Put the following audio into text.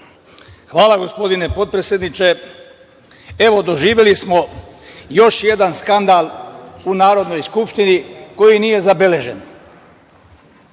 Hvala, gospodine potpredsedniče. Doživeli smo još jedan skandal u Narodnoj skupštini koji nije zabeležen.